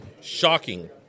Shocking